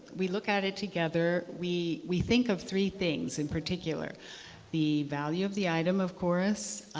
we look at it together. we we think of three things in particular the value of the item of course,